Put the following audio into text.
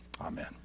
Amen